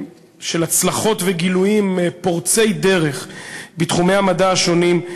של הצלחות וגילויים פורצי דרך בתחומי המדע השונים,